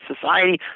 society